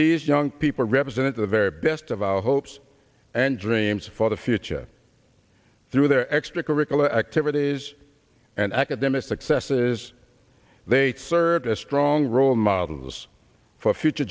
these young people represent the very best of our hopes and dreams for the future through their extracurricular activities and academic successes they serve a strong role models for future